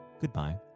goodbye